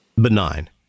Benign